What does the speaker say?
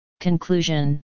Conclusion